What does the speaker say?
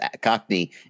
cockney